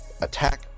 Attack